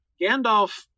Gandalf